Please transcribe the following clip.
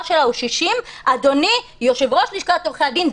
שלה הוא 60. אדוני יושב-ראש לשכת עורכי הדין,